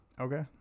Okay